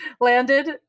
landed